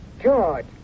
George